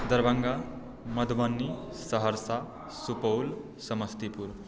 Darbhanga Madhubani Saharsa Supaul Samastipur